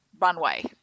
runway